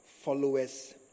followers